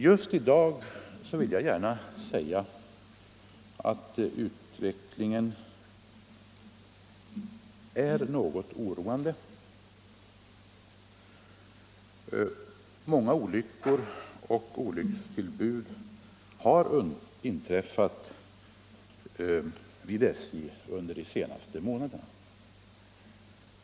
Just i dag vill jag gärna säga att utvecklingere är något oroande. Många olyckor och olyckstillbud har inträffat vid SJ under de senaste månaderna.